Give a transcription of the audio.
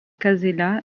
casella